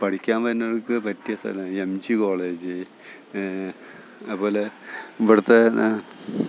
പഠിക്കാൻ വരുന്നവർക്ക് പറ്റിയ സ്ഥലമാണ് ഈ എം ജീ കോളേജ് അതുപോലെ ഇവിടെത്തന്നെ